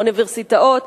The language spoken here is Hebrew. אוניברסיטאות,